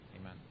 amen